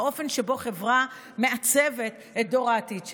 באופן שבו חברה מעצבת את דור העתיד שלה.